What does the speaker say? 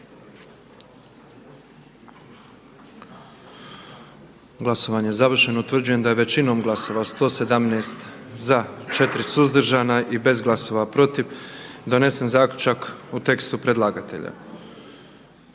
Glasovanje je završeno. Utvrđujem da je većinom glasova, 106 za i 1 suzdržanim i bez glasova protiv donesena odluka kako ju je predložilo